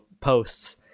posts